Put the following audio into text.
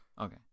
Okay